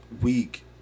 week